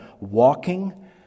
walking